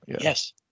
yes